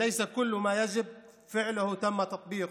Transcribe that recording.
אולם לא כל מה שצריך לעשות אכן נעשה.